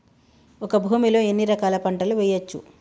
ఒక భూమి లో ఎన్ని రకాల పంటలు వేయచ్చు?